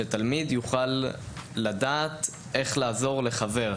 שתלמיד יוכל לדעת איך לעזור לחבר.